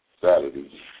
Saturday